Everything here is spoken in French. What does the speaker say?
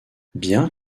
bien